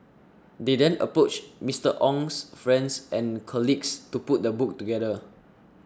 they then approached Mister Ong's friends and colleagues to put the book together